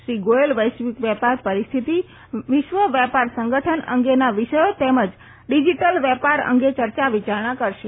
શ્રી ગોયલ વૈશ્વિક વેપાર પરિસ્થિતિ વિશ્વ વેપાર સંગઠન અંગેના વિષયો તેમજ ડિજીટલ વેપાર અંગે ચર્ચા વિચારણા કરશે